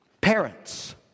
Parents